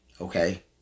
okay